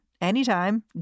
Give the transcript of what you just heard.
anytime